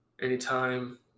Anytime